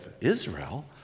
Israel